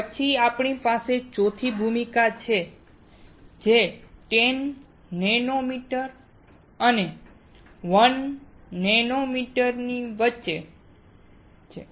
પછી આપણી પાસે ચોથી ભૂમિકા છે જે 10 નેનોમીટર અને 1 નેનોમીટરની વચ્ચે છે